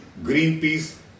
Greenpeace